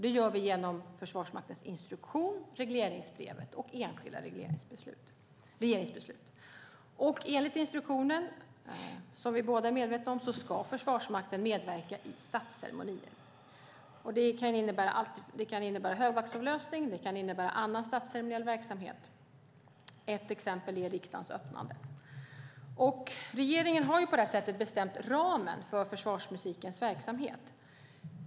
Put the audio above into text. Det gör vi genom Försvarsmaktens instruktion, regleringsbrevet och enskilda regeringsbeslut. Enligt instruktionen, som vi båda är medvetna om, ska Försvarsmakten medverka i statsceremonier. Det kan innebära högvaktsavlösning och annan statsceremoniell verksamhet. Ett exempel är riksmötets öppnande. Regeringen har på detta sätt bestämt ramen för försvarsmusikens verksamhet.